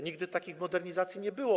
Nigdy takich modernizacji nie było.